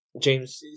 James